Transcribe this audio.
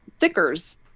thickers